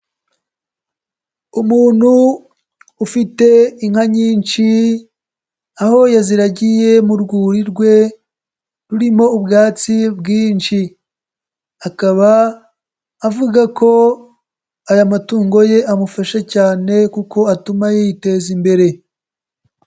Umuntu ufite inka nyinshi aho yaziragiye mu rwuri rwe rurimo ubwatsi bwinshi, akaba avuga ko aya matungo ye amufasha cyane kuko atuma yiteza imbere.